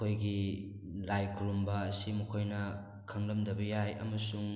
ꯃꯈꯣꯏꯒꯤ ꯂꯥꯏ ꯈꯨꯔꯨꯝꯕ ꯑꯁꯤ ꯑꯩꯈꯣꯏꯅ ꯈꯪꯂꯝꯗꯕ ꯌꯥꯏ ꯑꯃꯨꯁꯡ